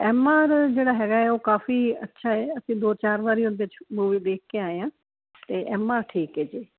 M R ਜਿਹੜਾ ਹੈਗਾ ਉਹ ਕਾਫੀ ਅੱਛਾ ਹੈ ਅਸੀਂ ਦੋ ਚਾਰ ਵਾਰੀ ਉਹਦੇ ਦੇਖ ਕੇ ਆਏ ਆਂ ਤੇ ਐਮ ਐਰ ਆ ਠੀਕ ਹੈ ਜੀ